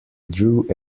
drew